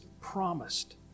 promised